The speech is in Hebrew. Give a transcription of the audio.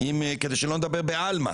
כדי שלא נדבר בעלמא